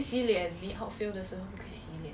but outfield how many days